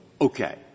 Okay